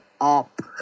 up